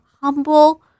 humble